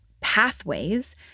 pathways